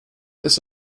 this